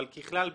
אבל ככלל בממוצע,